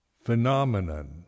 phenomenon